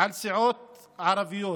על סיעות ערביות,